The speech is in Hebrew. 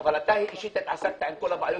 אבל אתה אישית התעסקת עם כל הבעיות,